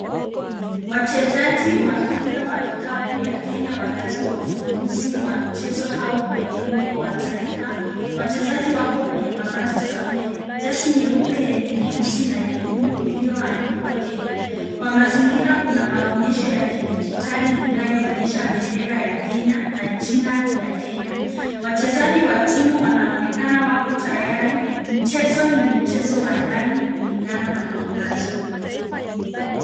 Wachezaji wa mpira wa kikapu ya Kenya wakati wa ufunguzi wa mchezo au kwenye wimbo wa taifa, wachezaji wapo kwenye mavazi sawia. Jezi nyeupe yenye nyeusi na nyekundu iliyoandikwa Kenya. Kwa mazingira kuna maonyesho ya kidigitali inayoonyesha bendera ya Kenya na jina ya Kenya. Wachezaji wa timu wanaonekana wako tayari. Mchezo ni mchezo wa ndani kulingana na mwangaza.